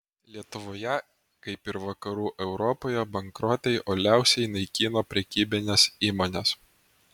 lietuvoje kaip ir vakarų europoje bankrotai uoliausiai naikino prekybines įmones